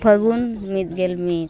ᱯᱷᱟᱹᱜᱩᱱ ᱢᱤᱫ ᱜᱮᱞ ᱢᱤᱫ